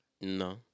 No